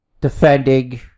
defending